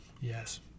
yes